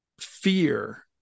fear